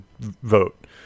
vote